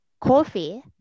coffee